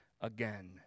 again